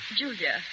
Julia